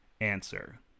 answer